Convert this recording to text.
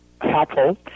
helpful